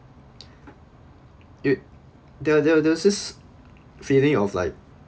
it there there was this feeling of like